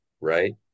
right